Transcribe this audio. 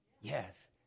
Yes